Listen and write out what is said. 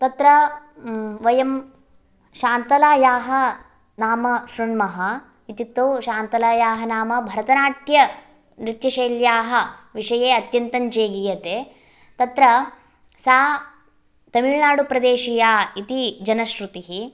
तत्र वयं शान्तलायाः नाम श्रुण्मः इत्युक्तौ शान्तलायाः नाम भरतनाट्यनृत्यशैल्याः विषये अत्यन्तं जेगीयते तत्र सा तमिळुनाडुप्रदेशीया इति जनश्रुतिः